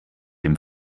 dem